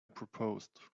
proposed